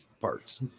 Parts